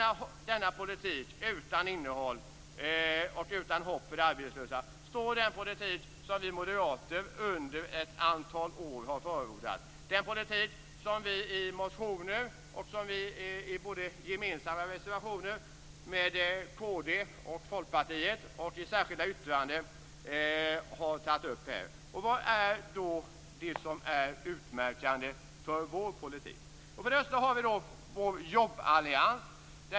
Mot denna politik utan innehåll och utan hopp för de arbetslösa står den politik som vi moderater under ett antal år har förordat - den politik som vi har tagit upp i motioner och i särskilda yttranden, och i reservationer tillsammans med kd och Folkpartiet. Vad är då utmärkande för vår politik? För det första har vi vår jobballians.